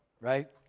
right